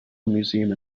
museum